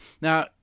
Now